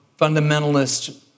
fundamentalist